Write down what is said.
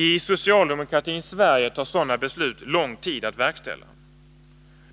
I socialdemokratins Sverige tar sådana beslut lång tid att verkställa.